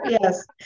Yes